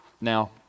Now